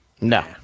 No